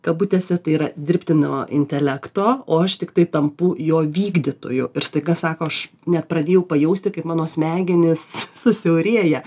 kabutėse tai yra dirbtino intelekto o aš tiktai tampu jo vykdytoju ir staiga sako aš net pradėjau pajausti kaip mano smegenys susiaurėja